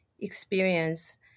experience